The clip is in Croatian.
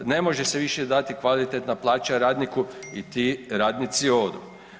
Ne može se više dati kvalitetna plaća radniku i ti radnici odu.